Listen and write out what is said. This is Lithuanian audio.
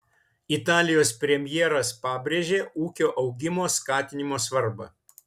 italijos premjeras pabrėžė ūkio augimo skatinimo svarbą